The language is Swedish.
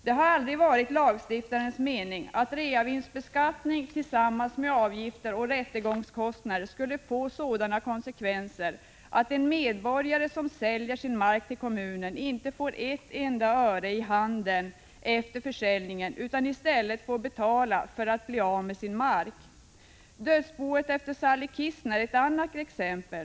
Det har aldrig varit lagstiftarens mening att reavinstsbeskattningen tillsammans med avgifter och rättegångskostnader skulle få sådana konsekvenser att en medborgare som säljer sin mark till kommunen inte får ett enda öre i handen efter försäljningen utan i stället får betala för att bli av med sin mark. Dödsboet efter Sally Kistner är ett annat exempel.